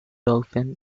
dolphin